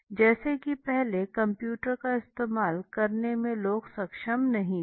जैसे की पहले कंप्यूटर का इस्तेमाल करने में लोग सक्षम नहीं थे